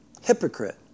Hypocrite